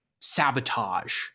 sabotage